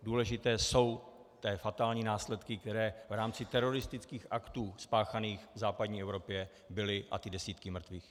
Důležité jsou fatální následky, které v rámci teroristických aktů spáchaných v západní Evropě byly, a ty desítky mrtvých.